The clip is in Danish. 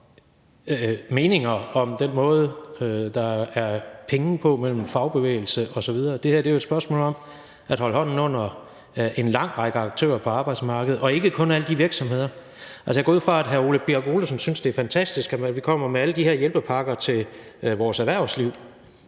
meninger om den måde, hvorpå der er penge i fagbevægelsen osv. Det her er jo et spørgsmål om at holde hånden under en lang række aktører på arbejdsmarkedet og ikke kun alle de virksomheder. Altså, jeg går ud fra, at hr. Ole Birk Olesen synes, at det er fantastisk, at vi kommer med alle de her hjælpepakker til vores erhvervsliv,